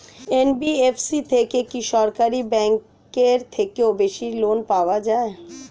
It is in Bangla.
এন.বি.এফ.সি থেকে কি সরকারি ব্যাংক এর থেকেও বেশি লোন পাওয়া যায়?